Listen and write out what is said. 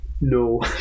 No